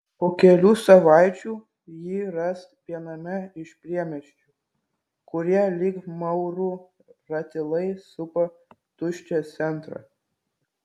po kelių savaičių jį ras viename iš priemiesčių kurie lyg maurų ratilai supa tuščią centrą